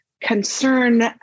concern